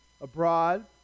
abroad